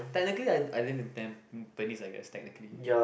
technically I I live in Tampines I guess technically